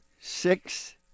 six